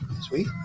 Sweet